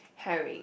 herring